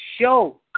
show